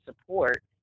support